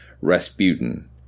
Rasputin